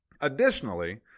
additionally